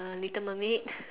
err little mermaid